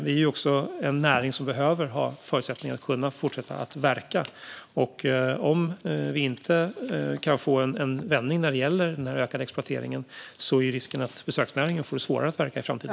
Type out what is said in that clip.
Det är en näring som behöver förutsättningar att fortsätta att verka. Om vi inte kan få en vändning när det gäller den ökade exploateringen är risken att besöksnäringen får det svårare att verka i framtiden.